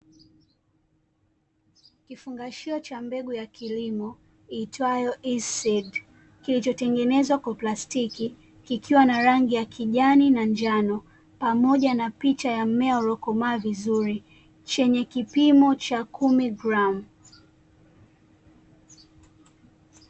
Kifungashio cha mbegu ya kilimo iitwayo isidi, kilichotengenezwa kwa plastiki kikiwa na rangi ya kijani na njano, pamoja na picha ya mmea uilokomaa vizuri, chenye kipimo cha kumi gramu.